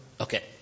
Okay